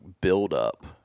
buildup